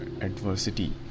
adversity